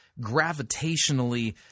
gravitationally